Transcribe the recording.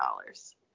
dollars